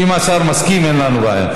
אם השר מסכים, אין לנו בעיה.